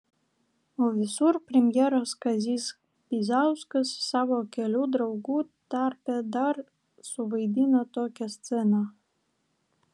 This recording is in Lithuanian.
o visur premjeras kazys bizauskas savo kelių draugų tarpe dar suvaidina tokią sceną